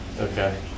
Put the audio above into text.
Okay